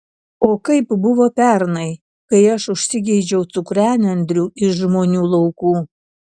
o kaip buvo pernai kai aš užsigeidžiau cukranendrių iš žmonių laukų